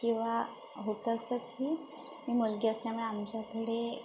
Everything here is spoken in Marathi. किंवा होतं असं की मी मुलगी असल्यामुळे आमच्याकडे